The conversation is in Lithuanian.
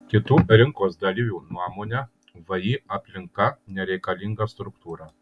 kitų rinkos dalyvių nuomone vį aplinka nereikalinga struktūra